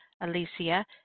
Alicia